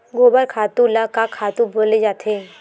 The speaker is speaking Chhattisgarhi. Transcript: गोबर खातु ल का खातु बोले जाथे?